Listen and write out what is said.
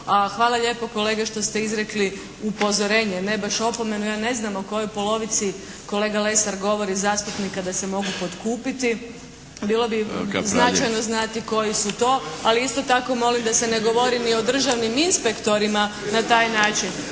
hvala lijepa kolega što ste izrekli upozorenje, ne baš opomenu. Ja ne znam o kojoj polovici kolega Lesar govori zastupnika da se mogu potkupiti. **Milinović, Darko (HDZ)** Kapraljević. **Adlešič, Đurđa (HSLS)** Bilo bi značajno znati koji su to. Ali isto tako molim da se ne govori ni o državnim inspektorima na taj način.